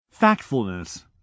Factfulness